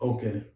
Okay